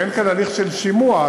ואין כאן הליך של שימוע.